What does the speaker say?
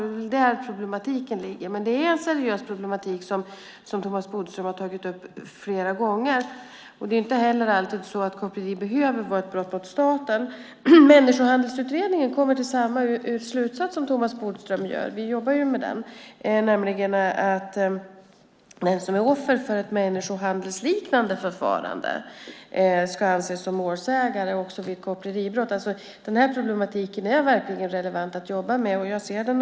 Det är där problematiken ligger. Det är en seriös problematik som Thomas Bodström har tagit upp flera gånger. Koppleri behöver inte alltid vara ett brott mot staten. Människohandelsutredningen kommer till samma slutsats som Thomas Bodström, nämligen att den som är offer för ett människohandelsliknande förfarande ska anses som målsägare också vid koppleribrott. Det är verkligen relevant att jobba med den här problematiken.